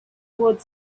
would